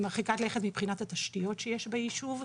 היא מרחיקת לכת מבחינת התשתיות שיש ביישוב.